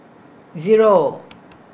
Zero